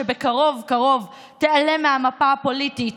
שבקרוב קרוב תיעלם מהמפה הפוליטית,